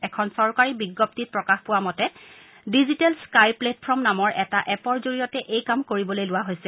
এখন চৰকাৰী বিজ্ঞপ্তিত প্ৰকাশ পোৱা মতে ডিজিটেল স্কাই প্লেটফৰ্ম নামৰ এটা এপৰ জৰিয়তে এই কাম কৰিবলৈ লোৱা হৈছে